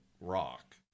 rock